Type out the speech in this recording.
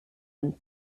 man